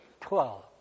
twelve